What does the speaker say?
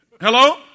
Hello